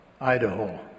Idaho